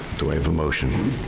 do i have a motion?